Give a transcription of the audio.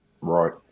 Right